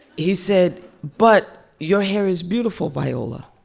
he said, but your hair is beautiful, viola.